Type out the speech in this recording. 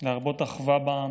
להרבות אחווה בעם,